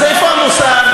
אז איפה המוסר?